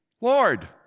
Lord